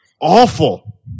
awful